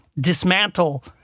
dismantle